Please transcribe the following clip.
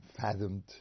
fathomed